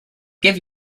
give